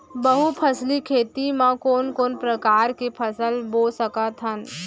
बहुफसली खेती मा कोन कोन प्रकार के फसल बो सकत हन?